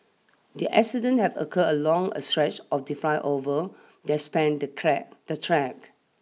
the accident had occurred along a stretch of the flyover that span the crack the track